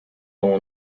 come